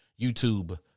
YouTube